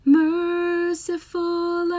merciful